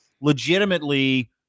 legitimately